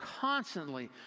constantly